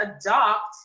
adopt